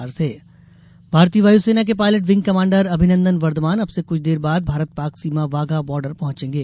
pilot भारतीय वायु सेना के pilot wing commander Abhinandan Varthaman अब से कुछ देर बाद भारत पाक सीमा वाघा बार्डर पहुंचेंगे